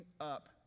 up